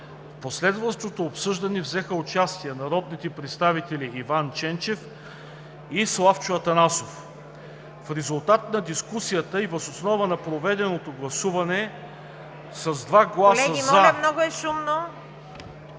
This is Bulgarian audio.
В последващото обсъждане взеха участие народните представители Иван Ченчев и Славчо Атанасов. В резултат на дискусията и въз основа на проведеното гласуване с 2 гласа „за“…